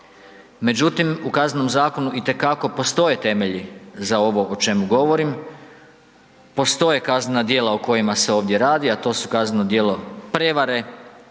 međutim u Kaznenom zakonu itekako postoje temelji za ovo o čemu govorim, postoje kaznena djela o kojima se ovdje radi, a to su kazneno djelo prevare